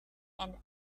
and